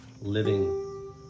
living